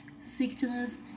sickness